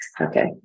Okay